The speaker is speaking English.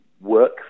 Work